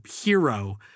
hero